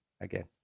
again